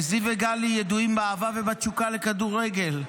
זיו וגלי ידועים באהבה ובתשוקה לכדורגל,